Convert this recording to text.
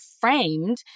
framed